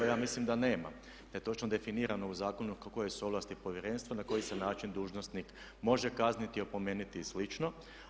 Ja mislim da nema, da je točno definirano u zakonu koje su ovlasti povjerenstva, na koji se način dužnosnik može kazniti, opomenuti i slično.